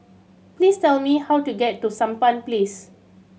please tell me how to get to Sampan Place